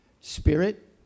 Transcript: Spirit